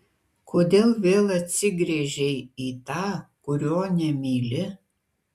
kodėl vėl atsigręžei į tą kurio nemyli